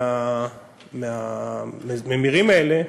מהממירים האלה,